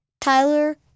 Tyler